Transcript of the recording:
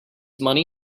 money